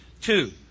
two